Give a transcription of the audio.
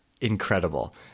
incredible